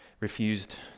refused